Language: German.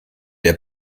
der